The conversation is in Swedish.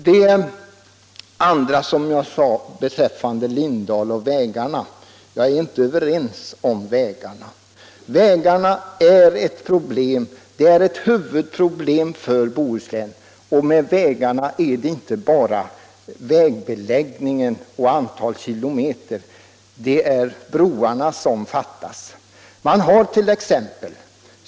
stimulerande åtgärder i norra Bohuslän Jag är inte överens med herr Lindahl om vägarna. Vägarna är ett huvudproblem för Bohuslän, och då gäller det inte bara vägbeläggningen och antalet kilometer — det är broar som fattas.